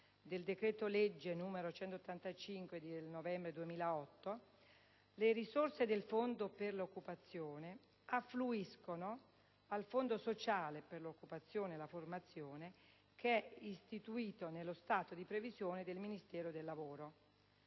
del decreto legge del 29 novembre 2008, n. 185, le risorse del Fondo per l'occupazione affluiscono al Fondo sociale per occupazione e formazione, che è istituito nello stato di previsione del Ministero del lavoro.